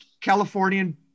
Californian